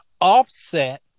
offset